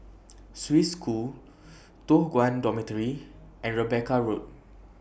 Swiss School Toh Guan Dormitory and Rebecca Road